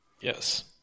Yes